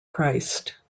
christ